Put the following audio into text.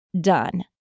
done